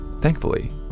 thankfully